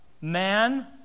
man